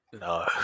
No